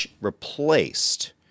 replaced—